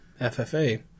FFA